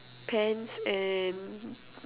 pants and